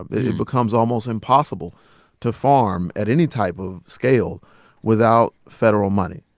um it becomes almost impossible to farm at any type of scale without federal money.